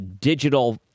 digital